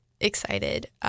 excited